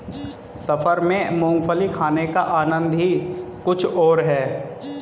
सफर में मूंगफली खाने का आनंद ही कुछ और है